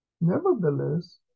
Nevertheless